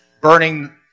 burning